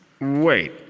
Wait